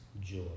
joy